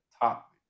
top